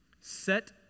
set